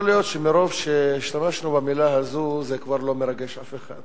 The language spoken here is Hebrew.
יכול להיות שמרוב שהשתמשנו במלה הזאת זה כבר לא מרגש אף אחד,